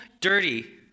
dirty